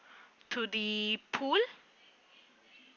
to the pool